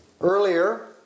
earlier